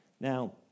Now